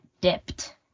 dipped